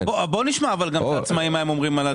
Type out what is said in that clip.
בואו נשמע גם את העצמאים מה הם אומרים.